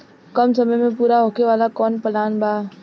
कम समय में पूरा होखे वाला कवन प्लान बा?